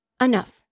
Enough